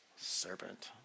Serpent